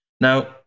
Now